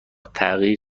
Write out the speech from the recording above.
تغییر